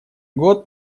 год